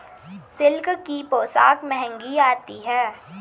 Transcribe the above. silk की पोशाक महंगी आती है